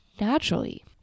naturally